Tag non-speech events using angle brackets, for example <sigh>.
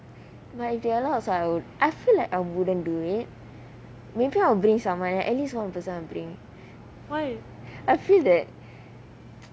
like if they allow also I would I feel like I wouldn't do it maybe I'll bring someone at least one person I would bring I feel that <noise>